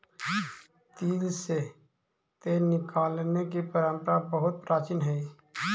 तिल से तेल निकालने की परंपरा बहुत प्राचीन हई